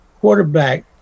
quarterback